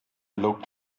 looked